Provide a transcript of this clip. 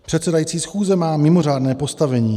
Předsedající schůze má mimořádné postavení.